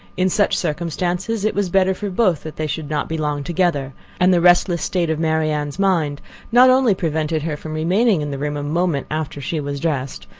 in such circumstances, it was better for both that they should not be long together and the restless state of marianne's mind not only prevented her from remaining in the room a moment after she was dressed,